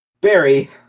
Barry